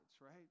right